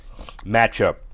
matchup